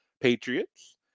Patriots